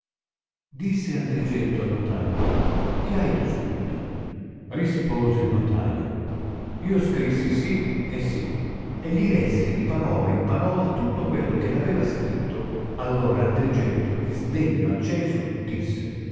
disse andrigetto al notaio che hai tu scritto rispose il notaio io scrissi sì e sì e gli lesse di parola in parola tutto quello che aveva scritto allora andrigetto di sdegno acceso disse